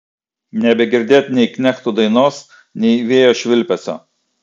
nebegirdėt nei knechtų dainos nei vėjo švilpesio